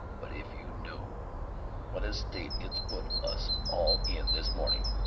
but if you knew what a state it's put us all in this morning!